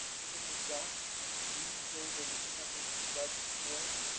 is it the rock that broods over the sundered floods of corinth,